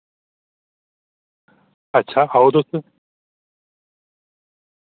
अच्छा आओ तुस